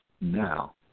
now